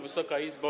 Wysoka Izbo!